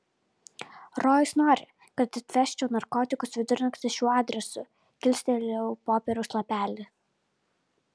rojus nori kad atvežčiau narkotikus vidurnaktį šiuo adresu kilstelėjau popieriaus lapelį